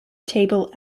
table